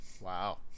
Wow